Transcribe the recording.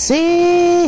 See